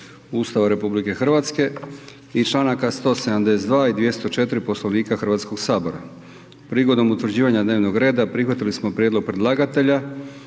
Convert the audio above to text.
Ustava RH i članaka 172. i 204. Poslovnika Hrvatskog sabora. Prigodom utvrđivanja dnevnog reda prihvatili smo prijedlog predlagatelja